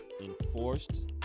enforced